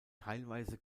teilweise